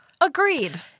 Agreed